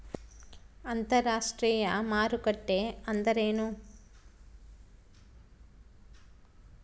ಅಂತರಾಷ್ಟ್ರೇಯ ಮಾರುಕಟ್ಟೆ ಎಂದರೇನು?